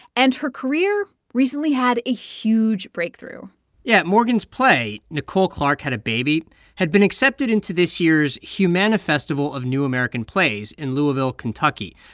and her career recently had a huge breakthrough yeah. morgan's play nicole clark had a baby had been accepted into this year's humana festival of new american plays in louisville, ky. and